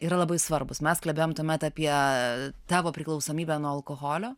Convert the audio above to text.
yra labai svarbūs mes kalbėjom tuomet apie tavo priklausomybę nuo alkoholio